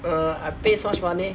err I pay so much money